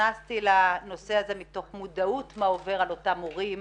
נכנסתי לנושא הזה מתוך מודעות לגבי מה שעובר על אותם הורים,